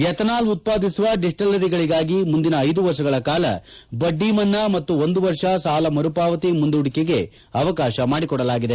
ethanol ಉತ್ಪಾದಿಸುವ ಡಿಸ್ಕಲರಿಗಳಿಗಾಗಿ ಮುಂದಿನ ಐದು ವರ್ಷಗಳ ಕಾಲ ಬಡ್ಡಿ ಮನ್ನಾ ಮತ್ತು ಒಂದು ವರ್ಷ ಸಾಲ ಮರುಪಾವತಿ ಮುಂದೂಡಿಕೆಗೆ ಆವಕಾತ ಮಾಡಿಕೊಡಲಾಗಿದೆ